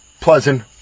pleasant